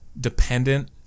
dependent